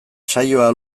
saioa